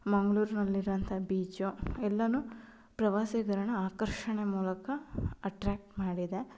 ಮಂಗಳೂರ್ನಲ್ಲಿರೋಂಥ beach ಎಲ್ಲನೂ ಪ್ರವಾಸಿಗರನ್ನು ಆಕರ್ಷಣೆ ಮೂಲಕ ಅಟ್ರ್ಯಾಕ್ಟ್ ಮಾಡಿದೆ